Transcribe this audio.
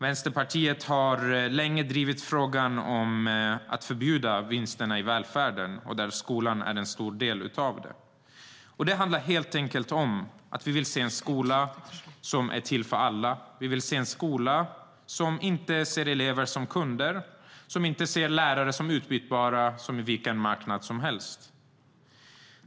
Vänsterpartiet har länge drivit frågan om att förbjuda vinsterna i välfärden, där skolan är en stor del. Det handlar helt enkelt om att vi vill se en skola som är till för alla. Vi vill se en skola som inte ser elever som kunder och lärare som utbytbara, som på vilken marknad som helst.